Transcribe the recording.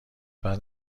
بعد